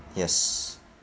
yes